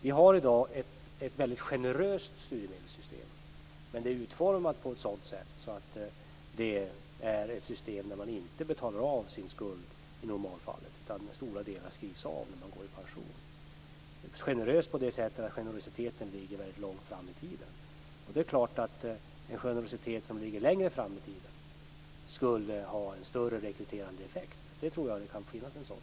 Vi har i dag ett mycket generöst studiemedelssystem. Men det är utformat på ett sådant sätt att man inte betalar av sin skuld i normalfallet, utan stora delar skrivs av när man går i pension. Det är generöst på det sättet att generositeten ligger väldigt långt fram i tiden. Det är klart att en generositet som ligger längre fram i tiden skulle ha en större rekryterande effekt. Jag tror att det kan finnas en sådan